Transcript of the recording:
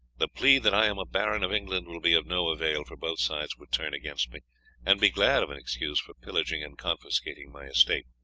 the plea that i am a baron of england will be of no avail, for both sides would turn against me and be glad of an excuse for pillaging and confiscating my estate.